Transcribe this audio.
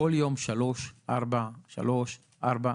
בכל יום שלוש-ארבע, שלוש-ארבע.